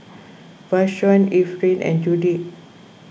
Vashon Efrain and Judith